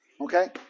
Okay